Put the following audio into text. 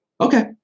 Okay